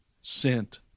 sent